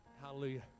Hallelujah